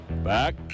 back